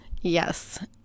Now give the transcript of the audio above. Yes